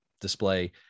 display